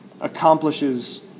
accomplishes